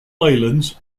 islands